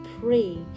pray